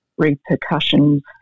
repercussions